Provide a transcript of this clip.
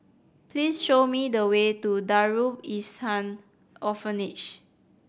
please show me the way to Darul Ihsan Orphanage